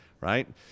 Right